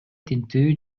тинтүү